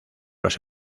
los